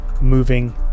moving